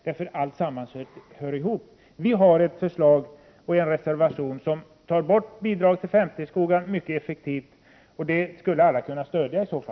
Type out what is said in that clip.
Vi har en reservation som innebär att man på ett mycket effektivt sätt tar bort bidragen till 5:3-skogar, och den skulle i så fall alla kunna stödja.